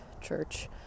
church